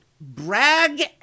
brag